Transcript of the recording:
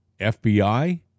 FBI